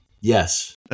Yes